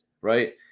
right